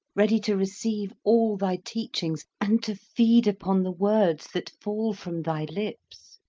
ready to receive all thy teachings and to feed upon the words that fall from thy lips.